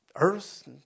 earth